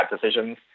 decisions